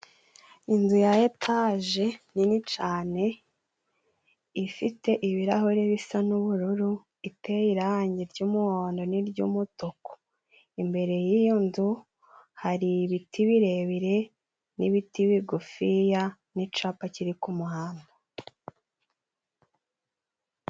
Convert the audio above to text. Inzu ya etaje nini cane ifite ibirahure bisa n'ubururu iteye irangi ry'umuhondo n'iry'umutuku imbere y'iyo nzu hari ibiti birebire n'ibiti bigufiya n'icapa kiri ku muhanda.